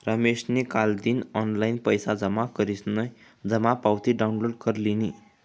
रमेशनी कालदिन ऑनलाईन पैसा जमा करीसन जमा पावती डाउनलोड कर लिनी